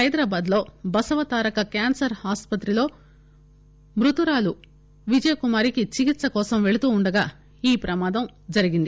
హైదరాబాద్ లో Basavataraka cancer hospital లో మృతురాలు విజయ కుమారి కి చికిత్ప కోసం పెళ్తుండగా ప్రమాదం జరిగింది